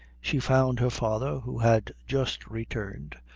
she found her father, who had just returned,